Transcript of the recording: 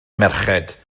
merched